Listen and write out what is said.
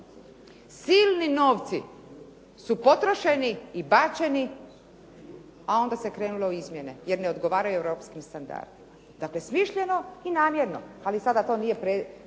Silni novci su potrošeni i bačeni a onda se krenulo u izmjene jer ne odgovaraju europskim standardima. Dakle, smišljeno i namjerno. Ali sada to nije predmet ovdje